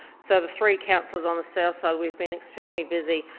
so the three councillors on the southside we've been extremely busy.